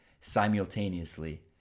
simultaneously